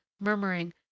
murmuring